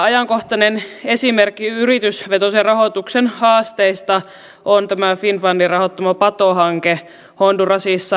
ajankohtainen esimerkki yritysvetoisen rahoituksen haasteista on tämä finnfundin rahoittama patohanke hondurasissa